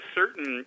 certain